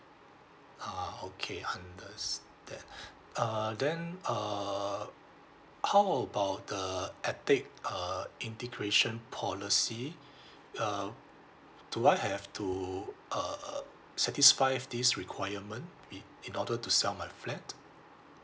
ah okay understand uh then uh how about the ethnic uh integration policy uh do I have to uh uh satisfy this requirement in in order to sell my flat